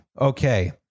okay